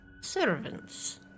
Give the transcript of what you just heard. servants